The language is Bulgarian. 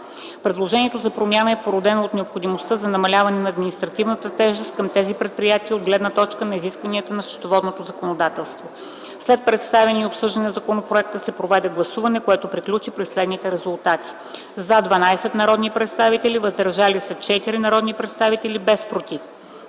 Предложението за промяна е породено от необходимостта за намаляване на административната тежест към тези предприятия от гледна точка на изискванията на счетоводното законодателство. След представяне и обсъждане на законопроекта се проведе гласуване, което приключи при следните резултати: „за” – 12 народни представители, „въздържали се” - 4 народни представители, без „против”.